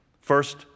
First